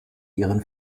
ihren